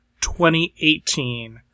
2018